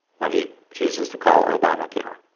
what he chooses to call obama care.